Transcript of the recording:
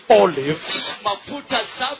olives